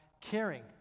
caring